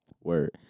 Word